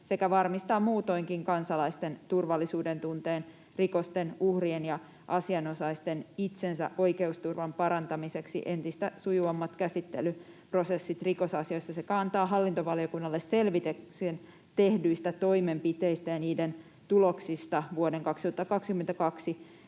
sekä varmistaa muutoinkin kansalaisten turvallisuudentunteen, rikosten uhrien ja asianosaisen itsensä oikeusturvan parantamiseksi entistä sujuvammat käsittelyprosessit rikosasioissa sekä antaa hallintovaliokunnalle selvityksen tehdyistä toimenpiteistä ja niiden tuloksista vuoden 2022